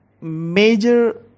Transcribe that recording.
major